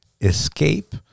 escape